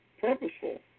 purposeful